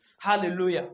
Hallelujah